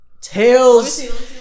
Tails